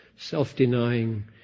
Self-denying